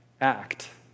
act